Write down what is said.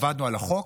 עבדנו על החוק,